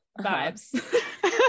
vibes